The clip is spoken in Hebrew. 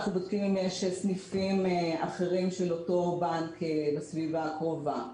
אנחנו בודקים אם יש סניפים אחרים של אותו בנק בסביבה הקרובה,